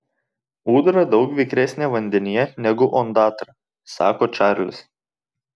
ūdra daug vikresnė vandenyje negu ondatra sako čarlis